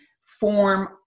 form